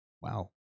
Wow